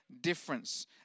difference